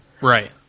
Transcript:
Right